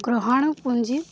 ଗ୍ରହଣ ପୁଞ୍ଜି